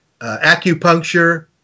acupuncture